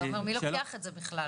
אבל מי לוקח את זה בכלל?